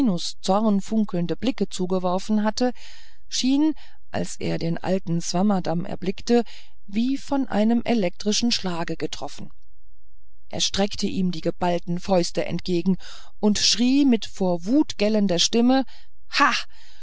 zornfunkelnde blicke zugeworfen hatte schien als er den alten swammerdamm erblickte wie von einem elektrischen schlage getroffen er streckte ihm die geballten fäuste entgegen und schrie mit vor wut gellender stimme ha